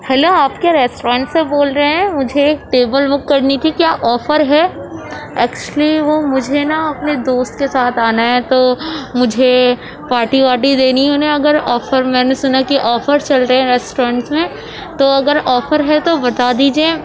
hello آپ کیا restaurant سے بول رہے ہیں مجھے ایک ٹیبل بک کرنی تھی کیا آفر ہے ایکچولی وہ مجھے نہ اپنے دوست کے ساتھ آنا ہے تو مجھے پاٹی واٹی دینی ہے انہیں اگر آفر میں نے سنا ہے کہ آفرس چل رہے ہیں ریسٹورینٹس میں تو اگر آفر ہے تو بتا دیجیے